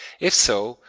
if so,